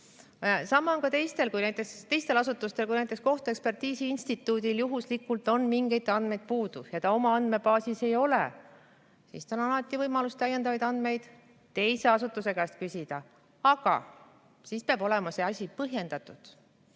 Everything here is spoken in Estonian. Samamoodi on ka teistel asutustel. Kui näiteks kohtuekspertiisi instituudil juhuslikult on mingeid andmeid puudu ja neid tema andmebaasis ei ole, siis on alati võimalus täiendavaid andmeid teise asutuse käest küsida. Aga siis peab olema see asi põhjendatud,